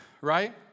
right